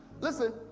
listen